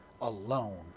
alone